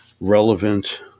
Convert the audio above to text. relevant